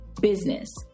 business